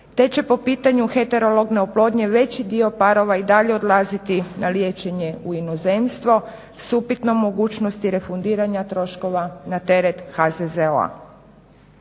te će po pitanju heterologne oplodnje veći dio parova i dalje odlaziti na liječenje u inozemstvu s upitnom mogućnosti refundiranja troškova na teret HZZO-a.